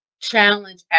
challenge